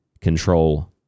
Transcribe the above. control